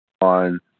on